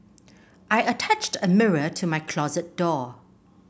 I attached a mirror to my closet door